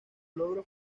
logro